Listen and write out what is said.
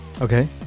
Okay